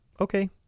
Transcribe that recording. okay